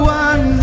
one